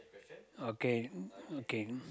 okay okay